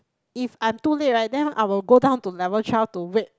if I'm too late right then I will go down to level twelve to wait